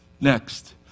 Next